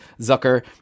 Zucker